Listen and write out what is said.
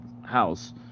house